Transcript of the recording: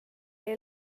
jäi